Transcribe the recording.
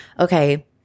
okay